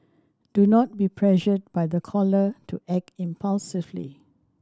do not be pressured by the caller to act impulsively